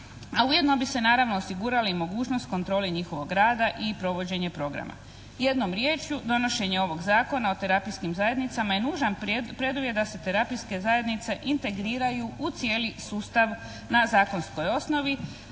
ujedno bi se naravno osigurala i mogućnost kontrole njihovog rada i provođenje programa.